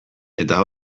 eta